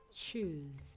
choose